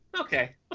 Okay